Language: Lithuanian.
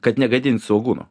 kad negadint svogūno